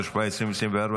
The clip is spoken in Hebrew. התשפ"ה 2024,